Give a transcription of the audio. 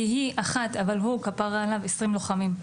כי היא אחת והוא כפרה עליו 20 לוחמים.